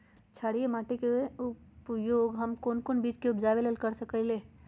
क्षारिये माटी के उपयोग हम कोन बीज के उपजाबे के लेल कर सकली ह?